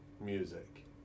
music